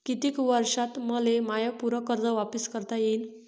कितीक वर्षात मले माय पूर कर्ज वापिस करता येईन?